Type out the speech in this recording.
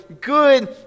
good